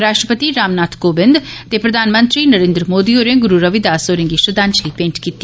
राष्ट्रपंति रामनाथ कोबिन्द ते प्रधानमंत्री नरेन्द्र मोदी होरे गुरू रविदास होरे गी श्रद्धांजलि मेंट कीती